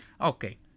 Okay